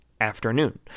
afternoon